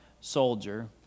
soldier